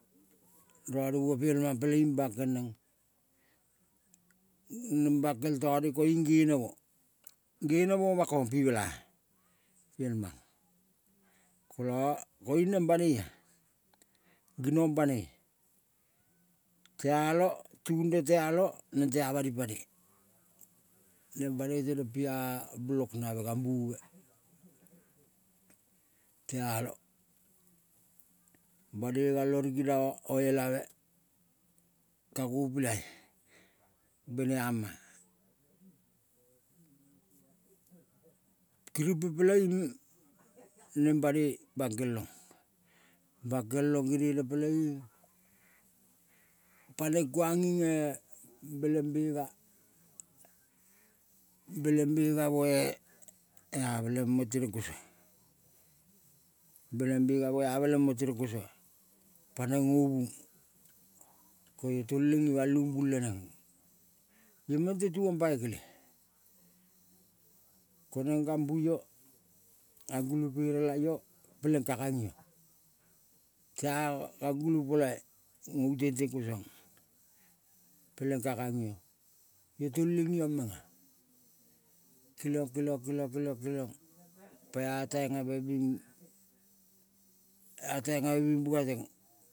Rone bua piel mang peleing bangkel neng. Neng bankel tone koing geneme. Neng genemo, genemo makong pi mela piel mang, kola koiung neng banoia genong banoi. Tealong tunde tealong neng bani pane, neng banoi teneng pia blok nave gambu me tealong. Bonoi galo rigina-a oelave kago pilai baneama, kirimpe peleing meng banoi bangkelong, bangkelong geneme peleing paneng kuang. Beleng bega, beleng bega moe, ameleng mo tereng kosa. Beleng bega mo ameleng mo tereng kosa paneng ngo bung koio toleng ima le umbul leneng io meng tetuong paikele koneng gambu io. Gambulu pere laio peleng ka gong io ta, gangulu polai ngovung tente kosang peleng ka gang io. Io toleng iong menga, keliong, keliong, keliong, keliong, keliong, keliong pa-a taingave bing, ataingave bing mingateng.